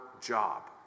job